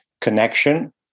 connection